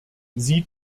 sie